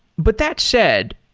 but that said,